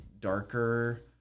darker